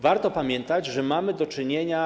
Warto pamiętać, że mamy do czynienia.